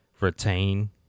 retain